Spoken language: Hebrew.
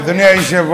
לאן אתה הולך,